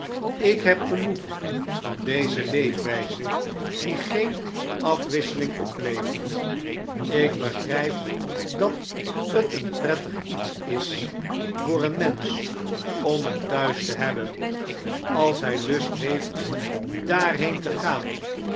ik heb genoeg van dezeleefwrjze diegeen afwisseling oplevert ik begrjjp dat net een prettig iets is voor een mensch om een thuis te hebben als hjj lust heeft daarheen te gaan